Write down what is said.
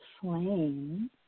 flame